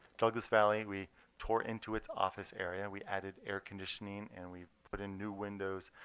douglass valley we tore into its office area. we added air conditioning, and we put in new windows.